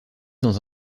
dans